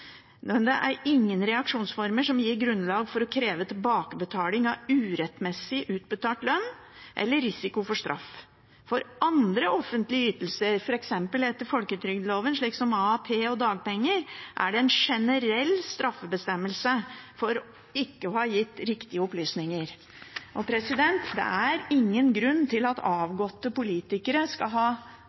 det er ingen reaksjonsformer som gir grunnlag for å kreve tilbakebetaling av urettmessig utbetalt lønn, eller risiko for straff. For andre offentlige ytelser, f.eks. etter folketrygdloven, slik som arbeidsavklaringspenger og dagpenger, er det en generell straffebestemmelse for ikke å ha gitt riktige opplysninger. Det er ingen grunn til at avgåtte politikere skal ha